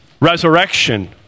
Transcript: resurrection